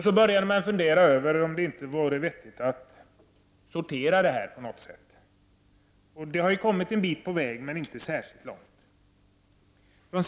Då började man fundera över om det inte vore vettigt att sortera soporna. Man har nu kommit en bit på väg, men inte särskilt långt, i detta sammanhang.